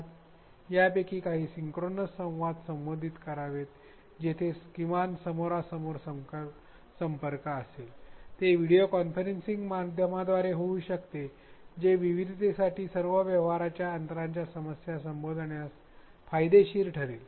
तर यापैकी काही सिंक्रोनस संवाद अंतर्भूत करावेत जिथे किमान समोरासमोर संपर्क असेल ते व्हिडिओ कॉन्फरन्सिंग माध्यमांद्वारे होऊ शकते जे विविधतेसाठी तसेच व्यवहाराच्या अंतराच्या समस्या संबोधण्यासाठी फायदेशीर ठरेल